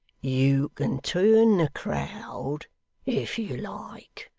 you can turn the crowd if you like,